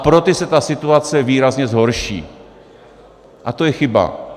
Pro ty se ta situace výrazně zhorší a to je chyba.